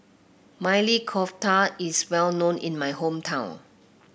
Maili Kofta is well known in my hometown